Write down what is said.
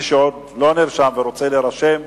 מי שעוד לא נרשם ורוצה להירשם,